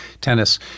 tennis